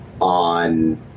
on